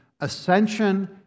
ascension